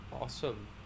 Awesome